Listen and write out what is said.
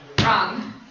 Wrong